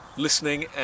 listening